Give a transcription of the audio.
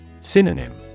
Synonym